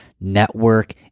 network